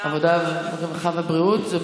לוועדת העבודה, הרווחה והבריאות.